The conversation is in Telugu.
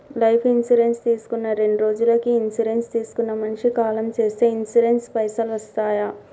లైఫ్ ఇన్సూరెన్స్ తీసుకున్న రెండ్రోజులకి ఇన్సూరెన్స్ తీసుకున్న మనిషి కాలం చేస్తే ఇన్సూరెన్స్ పైసల్ వస్తయా?